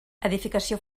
edificació